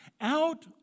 out